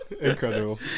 Incredible